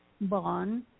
bond